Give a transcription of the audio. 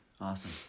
Awesome